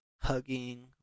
hugging